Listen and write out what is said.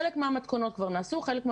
חלק מהמתכונות נעשו, חלקן